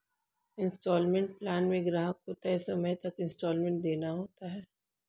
instalment plan में ग्राहक को तय समय तक इन्सटॉलमेंट देना होता है